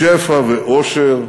משפע ואושר